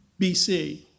BC